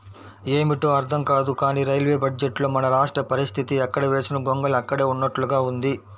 ఏమిటో అర్థం కాదు కానీ రైల్వే బడ్జెట్లో మన రాష్ట్ర పరిస్తితి ఎక్కడ వేసిన గొంగళి అక్కడే ఉన్నట్లుగా ఉంది